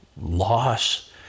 loss